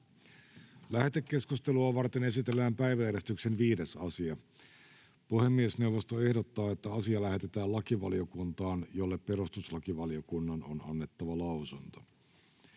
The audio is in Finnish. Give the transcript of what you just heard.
Lähetekeskustelua varten esitellään päiväjärjestyksen 6. asia. Puhemiesneuvosto ehdottaa, että asia lähetetään lakivaliokuntaan, jolle perustuslakivaliokunnan on annettava lausunto.